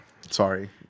Sorry